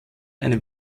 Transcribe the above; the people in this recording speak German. eine